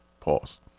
Pause